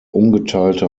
ungeteilte